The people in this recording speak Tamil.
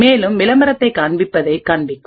மேலும் விளம்பரத்தைக் காண்பிப்பதைக் காண்பிக்கும்